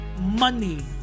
money